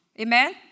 Amen